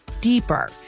deeper